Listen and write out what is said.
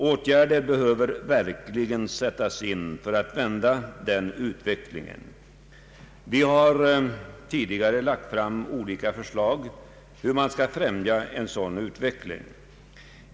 Åtgärder för att vända den utvecklingen behöver verkligen vidtagas. Vi har tidigare lagt fram olika förslag till hur man skall främja en sådan utveckling.